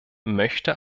möchte